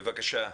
בבקשה,